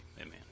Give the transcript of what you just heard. amen